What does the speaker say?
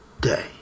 day